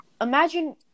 imagine